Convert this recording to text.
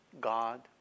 God